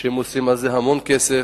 שעושים על זה המון כסף,